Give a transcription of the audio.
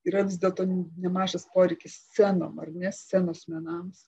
yra vis dėlto nemažas poreikis scenom ar ne scenos menams